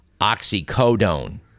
oxycodone